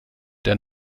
der